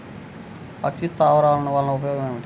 పక్షి స్థావరాలు వలన ఉపయోగం ఏమిటి?